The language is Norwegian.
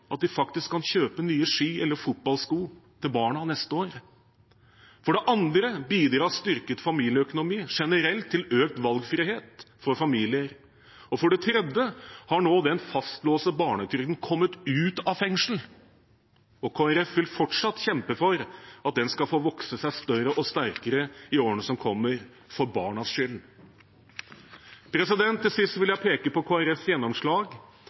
at de faktisk kan kjøpe nye ski eller fotballsko til barna neste år. For det andre bidrar styrket familieøkonomi generelt til økt valgfrihet for familier, og for det tredje har nå den fastlåste barnetrygden kommet ut av fengselet, og Kristelig Folkeparti vil fortsatt kjempe for at den skal få vokse seg større og sterkere i årene som kommer – for barnas skyld. Til sist vil jeg peke på Kristelig Folkepartis gjennomslag